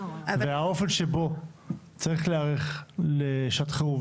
והאופן שבו צריך להיערך לשעת חירום,